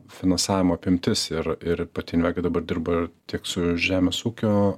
finansavimo apimtis ir ir pati invega dabar dirba tiek su žemės ūkio